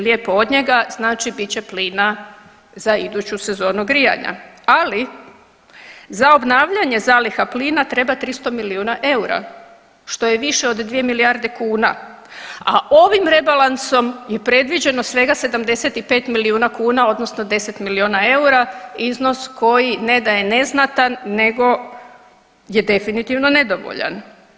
Lijepo od njega znači bit će plina za iduću sezonu grijanja, ali za obnavljanje zaliha plina treba 300 milijuna eura što je više od 2 milijarde kuna, a ovim rebalansom je predviđeno svega 75 milijuna kuna odnosno 10 miliona eura iznos koji ne da je neznatan nego je definitivno nedovoljan.